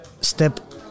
step